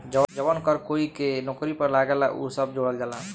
जवन कर कोई के नौकरी पर लागेला उ सब जोड़ल जाला